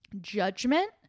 judgment